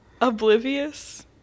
Oblivious